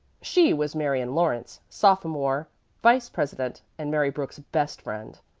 she was marion lawrence, sophomore vice-president, and mary brooks's best friend.